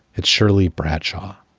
it's shirley bradshaw.